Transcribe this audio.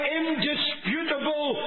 indisputable